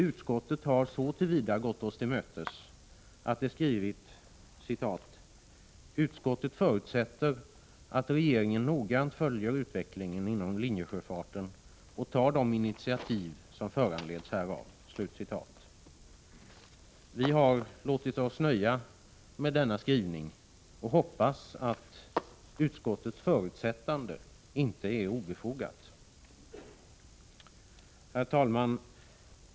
Utskottet har så till vida gått oss till mötes att det skrivit följande: ”Utskottet förutsätter att regeringen noggrant följer utvecklingen inom linjesjöfarten och tar de initiativ som föranleds härav.” Vi har låtit oss nöja med denna skrivning och hoppas att utskottets förutsättande inte är obefogat. Herr talman!